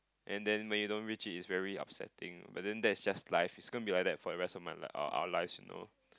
and then when you don't reach its very upsetting but then that's just life its going to be like that for the rest of my lif~ our lives you know